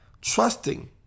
trusting